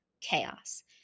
chaos